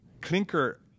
clinker